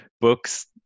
books